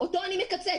ואותו אני מקצץ.